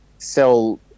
Sell